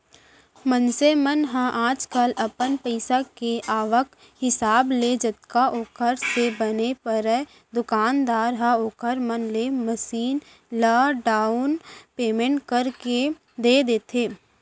मनसे मन ह आजकल अपन पइसा के आवक हिसाब ले जतका ओखर से बन परय दुकानदार ह ओखर मन ले मसीन ल डाउन पैमेंट करके दे देथे